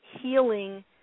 healing